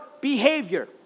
behavior